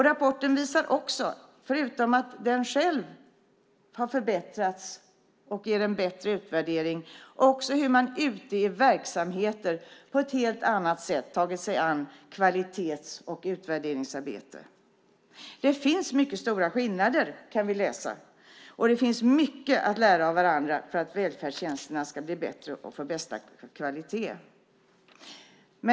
Rapporten visar också, förutom att den själv har förbättrats i utvärderingen, hur man ute i verksamheter på ett helt annat sätt tagit sig an kvalitets och utvärderingsarbete. Det finns stora skillnader, kan vi läsa. Det finns mycket att lära av varandra för att välfärdstjänsterna ska bli bättre och få bästa kvalitet.